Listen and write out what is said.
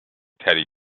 teddy